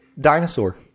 dinosaur